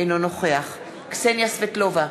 אינו נוכח קסניה סבטלובה,